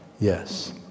Yes